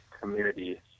community